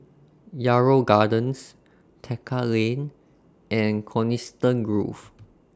Yarrow Gardens Tekka Lane and Coniston Grove